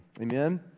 Amen